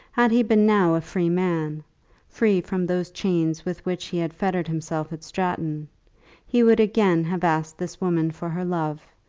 had he been now a free man free from those chains with which he had fettered himself at stratton he would again have asked this woman for her love,